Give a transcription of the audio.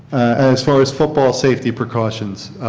as far as football safety precautions,